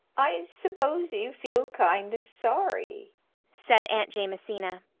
i suppose you feel kind of, sorry said aunt jamesina.